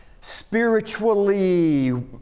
Spiritually